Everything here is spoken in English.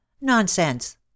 Nonsense